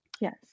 Yes